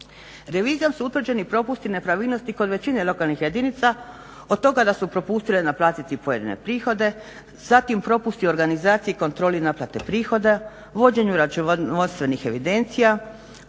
Revizijom su utvrđeni propusti, nepravilnosti kod većine lokalnih jedinica od toga da su propustile naplatiti pojedine prihode, zatim propusti organizacije i kontroli naplate prihoda, vođenju računovodstvenih evidencija